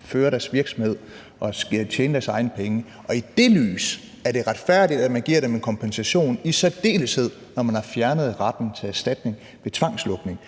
føre deres virksomhed og skal tjene deres penge, og i det lys er det retfærdigt, at man giver dem en kompensation, i særdeleshed når man har fjernet retten til erstatning ved tvangslukning.